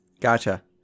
Gotcha